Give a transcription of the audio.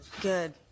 Good